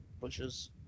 bushes